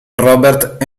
robert